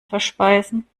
verspeisen